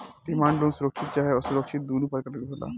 demand loan सुरक्षित चाहे असुरक्षित दुनो प्रकार के होला